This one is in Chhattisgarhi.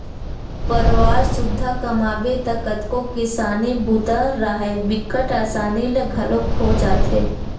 परवार सुद्धा कमाबे त कतको किसानी बूता राहय बिकट असानी ले घलोक हो जाथे